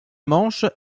manche